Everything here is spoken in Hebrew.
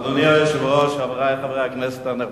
אדוני היושב-ראש, חברי חברי הכנסת הנכבדים,